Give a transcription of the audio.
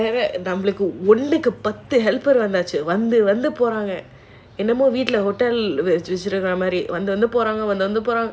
நம்மளுக்கு ஒண்ணுக்கு பத்து பேர் வந்தாச்சு:nammaluku onnuku paththu per vanthaachu